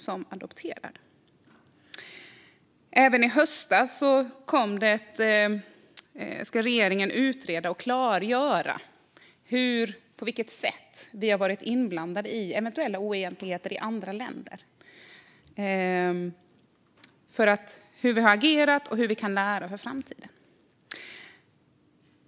I höstas kom det även ett besked om att regeringen ska utreda och klargöra på vilket sätt vi har varit inblandade i eventuella oegentligheter i andra länder för att se hur vi har agerat och vad vi kan lära för framtiden.